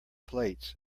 plates